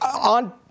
on